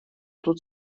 тут